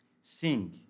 Sing